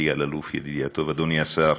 אלי אלאלוף, ידידי הטוב, אדוני השר,